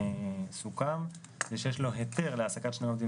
סוכם זה שיש לו היתר להעסקת שני עובדים